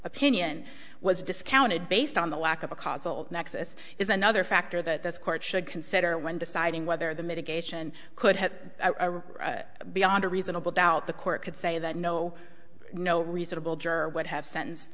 opinion was discounted based on the lack of a causal nexus is another factor that this court should consider when deciding whether the mitigation could have beyond a reasonable doubt the court could say that no no reasonable juror would have sentence